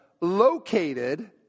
located